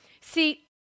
See